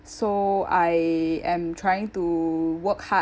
so I am trying to work hard